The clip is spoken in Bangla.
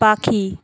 পাখি